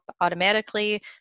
automatically